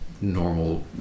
normal